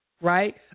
Right